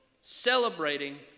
celebrating